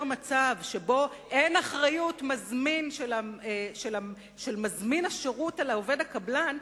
מצב שבו אין אחריות של מזמין השירות על העובד הקבלן,